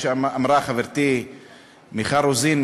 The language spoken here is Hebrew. כמו שאמרה חברתי מיכל רוזין,